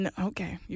Okay